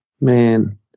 man